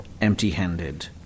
empty-handed